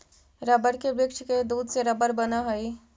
rubber के वृक्ष के दूध से रबर बनऽ हई